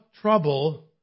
trouble